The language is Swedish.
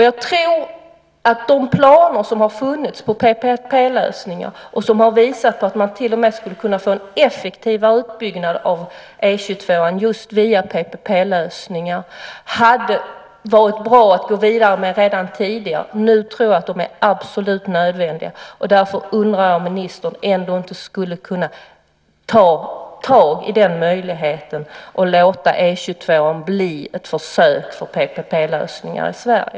Jag tror att de planer som har funnits på PPP-lösningar och som har visat att man till och med kan få en effektivare utbyggnad av E 22 just via PPP-lösningar hade varit bra att gå vidare med redan tidigare. Nu tror jag att de är absolut nödvändiga. Kan ministern ändå ta tag i den möjligheten och låta E 22 bli ett försök för PPP-lösningar i Sverige?